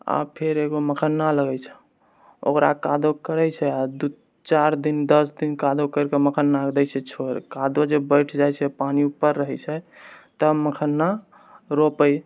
आओर फेर एकगो मखाना लगै छह ओकरा कादो करै छै आओर चारि दिन दस दिन कादो करिके मखाना दै छै छोड़ि कादो जे बैठ जाइ छै पानि ऊपर रहै छै तऽ मखाना रोपै